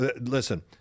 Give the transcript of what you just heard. Listen